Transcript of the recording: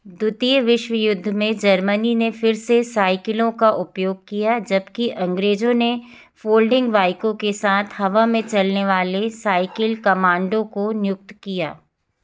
द्वितीय विश्व युद्ध में जर्मनी ने फ़िर से साइकिलों का उपयोग किया जबकि अंग्रेज़ों ने फोल्डिंग बाइकों के साथ हवा में चलने वाले साइकिल कमांडो को नियुक्त किया